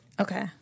Okay